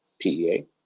PEA